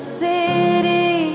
city